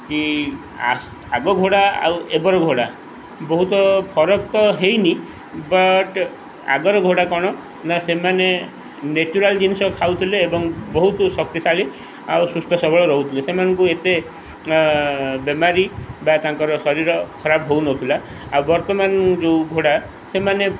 କି ଆଗ ଘୋଡ଼ା ଆଉ ଏବର ଘୋଡ଼ା ବହୁତ ଫରକ ତ ହେଇନି ବଟ୍ ଆଗର ଘୋଡ଼ା କ'ଣ ନା ସେମାନେ ନ୍ୟାଚୁରାଲ୍ ଜିନିଷ ଖାଉଥିଲେ ଏବଂ ବହୁତ ଶକ୍ତିଶାଳୀ ଆଉ ସୁସ୍ଥ ସବଳ ରହୁଥିଲେ ସେମାନଙ୍କୁ ଏତେ ବେମାରୀ ବା ତାଙ୍କର ଶରୀର ଖରାପ ହେଉନଥିଲା ଆଉ ବର୍ତ୍ତମାନ ଯେଉଁ ଘୋଡ଼ା ସେମାନେ